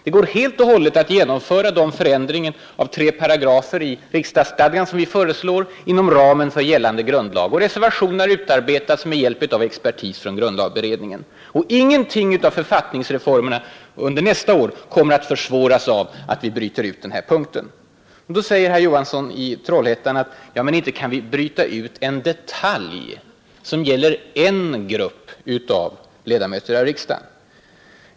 Det går utmärkt att genomföra de förändringar av tre paragrafer i riksdagsstadgan, som vi föreslår, inom ramen för gällande grundlag. Reservationen har utarbetats med hjälp av expertis från grundlagberedningen. Ingenting av författningsreformerna under nästa år kommer att försvåras av att vi bryter ut den här punkten. Då säger herr Johansson i Trollhättan: ”Men inte kan vi bryta ut en detalj som gäller en grupp av ledamöter av riksdagen!